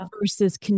versus